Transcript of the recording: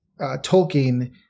Tolkien